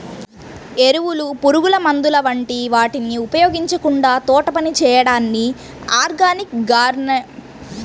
ఎరువులు, పురుగుమందుల వంటి వాటిని ఉపయోగించకుండా తోటపని చేయడాన్ని ఆర్గానిక్ గార్డెనింగ్ అంటారు